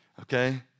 okay